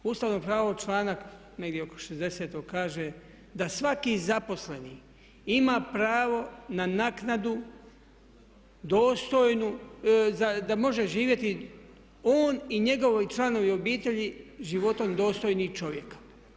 Ustavno pravo članak negdje oko 60tog kaže da svaki zaposleni ima pravo na naknadu dostojnu, da može živjeti on i njegovi članovi obitelji životom dostojnih čovjeka.